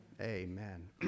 Amen